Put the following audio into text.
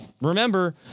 remember